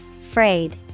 Frayed